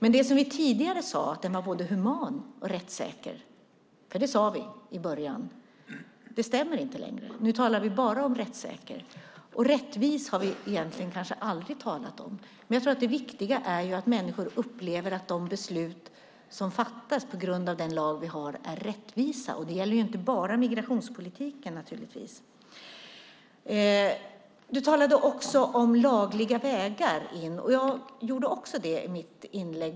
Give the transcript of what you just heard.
Vi sade tidigare att den var både human och rättssäker, för det sade vi i början, men det stämmer inte längre. Nu talar vi bara om rättssäker, och rättvis har vi kanske egentligen aldrig talat om. Det viktiga är att människor upplever att de beslut som fattas på grund av lag vi har är rättvisa. Det gäller inte bara migrationspolitiken. Du talade om lagliga vägar in. Jag gjorde också det i mitt inlägg.